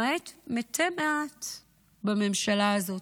למעט מתי מעט בממשלה הזאת.